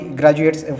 graduates